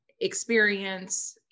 experience